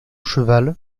cheval